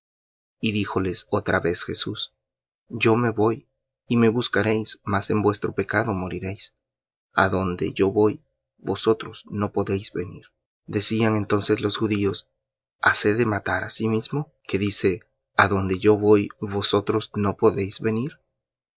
y díjoles otra vez jesús yo me voy y me buscaréis mas en vuestro pecado moriréis á donde yo voy vosotros no podéis venir decían entonces los judíos hase de matar á sí mismo que dice a donde yo voy vosotros no podéis venir